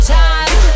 time